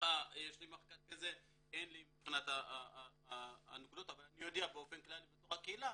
אין לי מחקר כזה מבחינת הנקודות אבל אני יודע באופן כללי שבקהילה